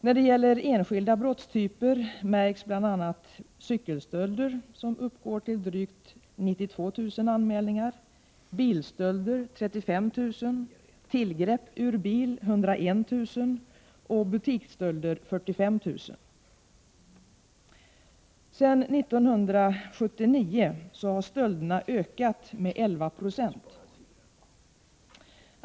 När det gäller enskilda brottstyper märks bl.a. cykelstölder, som uppgår till drygt 92 000 anmälningar, bilstölder 35 000, tillgrepp ur bil 101 000 och butiksstölder 45 000. Sedan 1979 har stölderna ökat med 11 26.